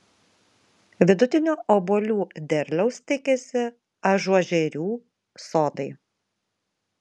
vidutinio obuolių derliaus tikisi ažuožerių sodai